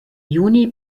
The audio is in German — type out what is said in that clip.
juni